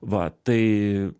va tai